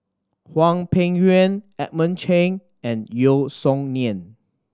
Hwang Peng Yuan Edmund Cheng and Yeo Song Nian